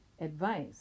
advice